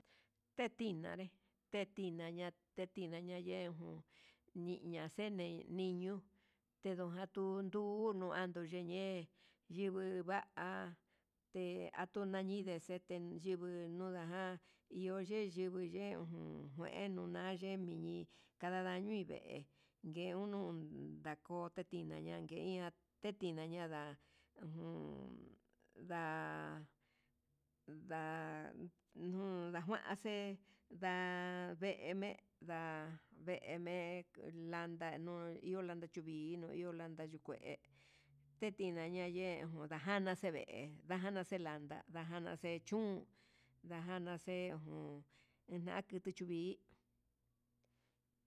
Tetinanré té tinanña tetina ña yeuun, ñiña xene'e niño tendojan tuu, undu nduando xheñe'e yinguu ngua'a te atuñañinde xe'e tengui tunaján, iho ye yingui yii ujun ngue nuná nayemi'i kadadañoi vee nguenun ndakote tinaña nguia tetiña'a nda'a, ujun nda'a nda ujun ndama'a hace nda'a, ve'e nda'a ve'e landa nuu iho lanchu vinuu iho lanchu alanda yuu ve'é, tetina yee jun najana vee najana xelanda lajana che chún ndajana xe'e ujun echen chete yuvii.